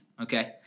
okay